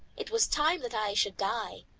it was time that i should die.